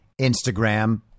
Instagram